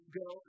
go